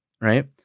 right